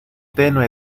tenue